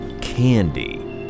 candy